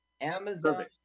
Amazon